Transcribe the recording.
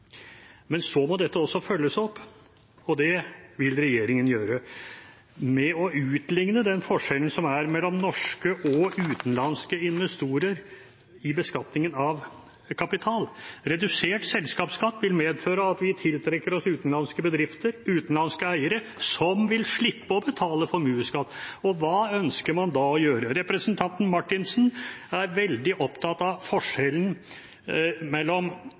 Men så må dette også følges opp. Det vil regjeringen gjøre med å utligne den forskjellen som er mellom norske og utenlandske investorer i beskatningen av kapital. Redusert selskapsskatt vil medføre at vi tiltrekker oss utenlandske bedrifter og utenlandske eiere som vil slippe å betale formuesskatt. Hva ønsker man da å gjøre? Representanten Marthinsen er veldig opptatt av forskjellen mellom